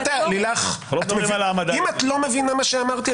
אם את לא מבינה מה שאמרתי,